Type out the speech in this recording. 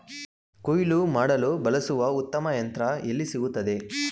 ಕುಯ್ಲು ಮಾಡಲು ಬಳಸಲು ಉತ್ತಮ ಯಂತ್ರ ಎಲ್ಲಿ ಸಿಗುತ್ತದೆ?